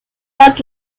als